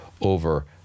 over